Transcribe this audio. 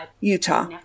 Utah